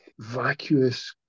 vacuous